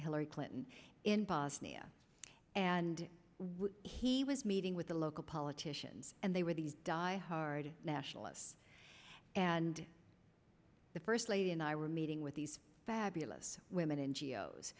hillary clinton in bosnia and when he was meeting with the local politicians and they were these die hard nationalists and the first lady and i were meeting with these fabulous women n